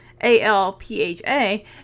A-L-P-H-A